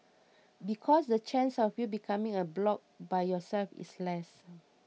because the chance of you becoming a bloc by yourself is less